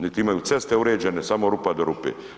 Niti imaju ceste uređene, samo rupa do rupe.